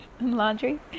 laundry